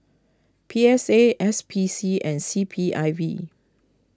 P S A S P C and C P I V